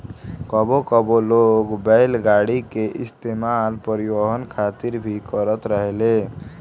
कबो कबो लोग बैलगाड़ी के इस्तेमाल परिवहन खातिर भी करत रहेले